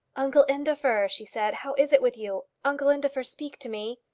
uncle indefer, she said, how is it with you? uncle indefer, speak to me!